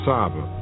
Saba